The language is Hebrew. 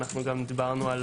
דיברנו על